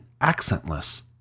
accentless